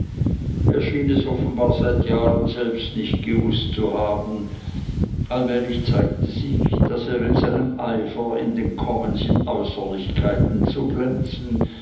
schien es offenbar seit jahren selbst nicht gewußt zu haben allmählich zeigte sich daß er in seinem eifer in den commons in äußerlichkeiten zu glänzen